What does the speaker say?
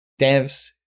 devs